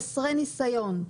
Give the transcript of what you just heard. חסרי ניסיון.